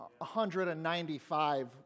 195